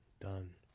Done